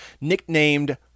nicknamed